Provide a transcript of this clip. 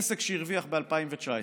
עסק שהרוויח ב-2019,